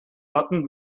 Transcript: hatten